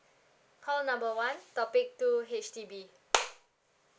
call number one topic two H_D_B